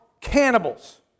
cannibals